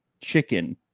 chicken